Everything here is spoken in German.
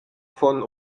von